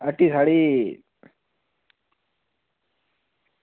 हट्टी साढ़ी